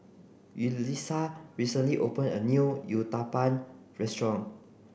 Yulisa recently opened a new Uthapam restaurant